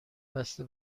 بسته